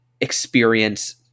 experience